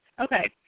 Okay